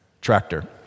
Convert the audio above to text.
tractor